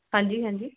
ਹਾਂਜੀ ਹਾਂਜੀ